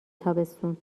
تابستون